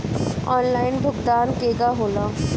Online भुगतान केगा होला?